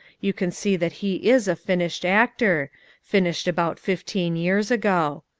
you can see that he is a finished actor finished about fifteen years ago.